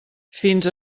fins